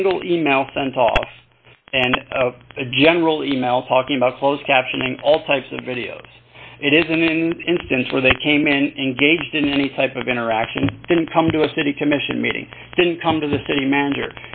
single e mail sent off and a general e mail talking about closed captioning all types of videos it isn't an instance where they came in engaged in any type of interaction didn't come to a city commission meeting didn't come to the city manager